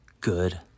good